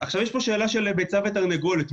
יש פה שאלה של ביצה ותרנגולת.